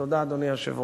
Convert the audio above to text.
תודה, אדוני היושב-ראש.